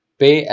pay